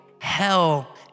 hell